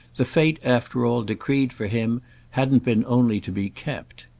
the fate after all decreed for him hadn't been only to be kept.